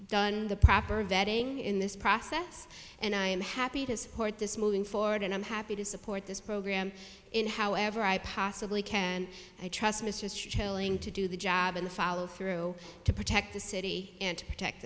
done the proper vetting in this process and i'm happy to support this moving forward and i'm happy to support this program in however i possibly can and i trust mr chilling to do the job in the follow through to protect the city and protect